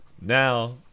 now